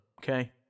okay